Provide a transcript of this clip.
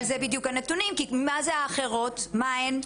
אבל זה בדיוק הנתונים, כי מה זה האחרות, מה הן?